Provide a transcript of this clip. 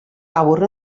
awr